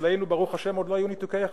אצלנו ברוך השם עוד לא היו ניתוקי יחסים,